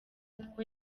kuko